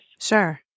Sure